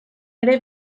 ere